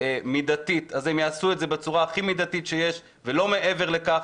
מידתית אז הם יעשו את זה בצורה הכי מידתית שיש ולא מעבר לכך,